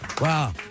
Wow